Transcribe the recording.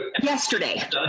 Yesterday